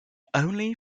only